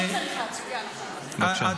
בבקשה.